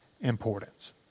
importance